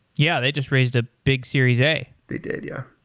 yeah, they just raised a big series a they did, yeah